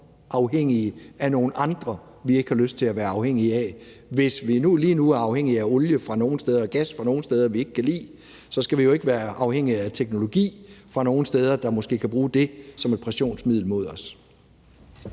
afhængige af nogle andre, vi ikke har lyst til at være afhængige af. Hvis vi lige nu er afhængige af olie fra nogle steder og gas fra nogle steder, vi ikke kan lide, skal vi jo ikke være afhængige af teknologi fra nogle steder, der måske kan bruge det som et pressionsmiddel mod os.